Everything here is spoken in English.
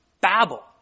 Babble